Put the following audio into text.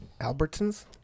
Albertsons